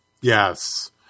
Yes